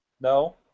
No